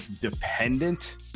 dependent